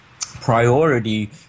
priority